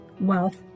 wealth